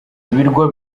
ibirwa